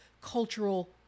cultural